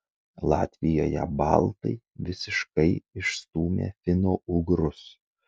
latvijoje baltai visiškai išstūmė finougrus